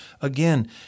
again